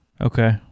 Okay